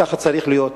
כך צריך להיות,